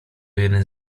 jeden